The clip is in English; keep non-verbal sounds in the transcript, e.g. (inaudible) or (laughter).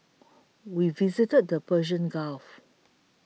(noise) we visited the Persian Gulf